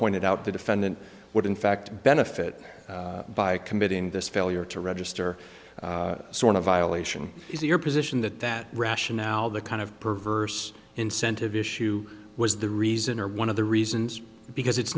pointed out the defendant would in fact benefit by committing this failure to register sort of violation is your position that that rationale the kind of perverse incentive issue was the reason or one of the reasons because it's